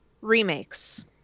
remakes